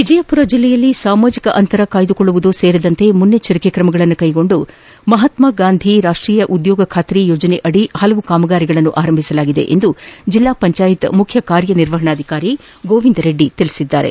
ವಿಜಯಪುರ ಜಿಲ್ಲೆಯಲ್ಲಿ ಸಾಮಾಜಿಕ ಅಂತರ ಕಾಯ್ದಕೊಳ್ಳುವುದು ಸೇರಿದಂತೆ ಮುಂಚಾಗ್ರತಾ ಕ್ರಮಗಳನ್ನು ಕೈಗೊಂಡು ಮಹಾತ್ಮಾ ಗಾಂಧಿ ರಾಷ್ಷೀಯ ಉದ್ಯೋಗ ಖಾತರಿ ಯೋಜನೆಯಡಿ ವಿವಿಧ ಕಾಮಗಾರಿಗಳನ್ನು ಆರಂಭಿಸಲಾಗಿದೆ ಎಂದು ಜಿಲ್ಲಾ ಪಂಚಾಯತ್ ಮುಖ್ಯ ಕಾರ್ಯನಿರ್ವಹಣಾಧಿಕಾರಿ ಗೋವಿಂದ ರೆಡ್ಡಿ ಹೇಳಿದ್ದಾರೆ